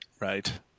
Right